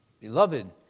Beloved